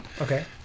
Okay